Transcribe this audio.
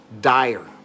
dire